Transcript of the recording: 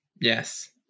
Yes